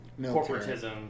corporatism